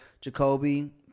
Jacoby